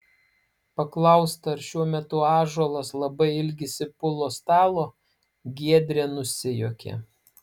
paklausta ar šiuo metu ąžuolas labai ilgisi pulo stalo giedrė nusijuokė